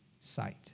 sight